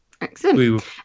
Excellent